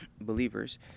believers